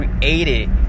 created